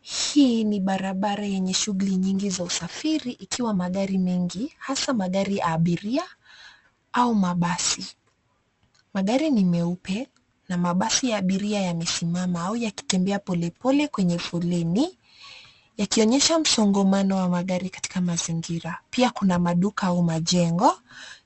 Hii ni barabara yenye shughuli nyingi za usafiri ikiwa na magari mengi hasa magari ya abiria au mabasi. Magari ni meupe na mabasi ya abiria yamesimama au yakitembea polepole kwenye foleni yakionyesha msongamano wa magari katika mazingira. Pia kuna maduka au majengo